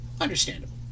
Understandable